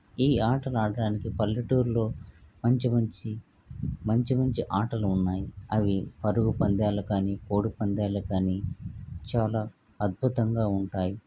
ఈ ఆటలు ఆడటానికి పల్లెటూరులో మంచి మంచి మంచి మంచి ఆటలు ఉన్నాయి అవి పరుగు పందాలు కానీ కోడి పందాలు కానీ చాలా అద్భుతంగా ఉంటాయి